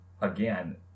again